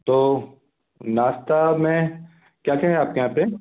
तो नाश्ता में क्या क्या है आपके यहाँ पे